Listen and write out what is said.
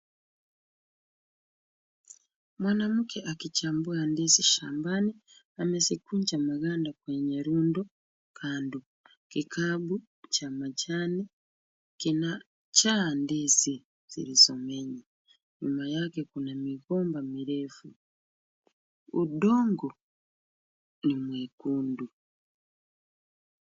Mwanamke akichambua ndizi shambani, amezikunja maganda kwenye rundo kando. Kikapu cha majani kinajaa ndizi zilizomenywa. Nyuma yake kuna migomba mirefu. Udongo ni mwekundu.